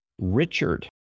Richard